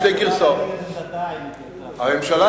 הממשלה,